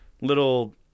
little